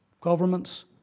Governments